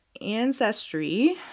ancestry